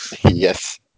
yes